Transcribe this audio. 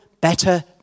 better